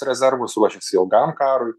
rezervus ruošiasi ilgam karui